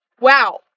wow